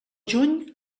juny